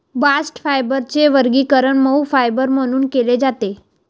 bast फायबरचे वर्गीकरण मऊ फायबर म्हणून केले जाते